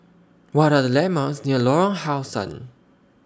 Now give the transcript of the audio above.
What Are The landmarks near Lorong How Sun